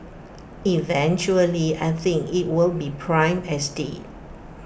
eventually I think IT will be prime estate